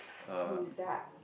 who is that